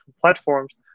platforms